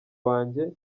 wanjye